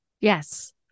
Yes